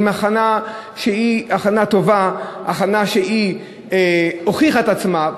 עם הכנה טובה שהוכיחה את עצמה.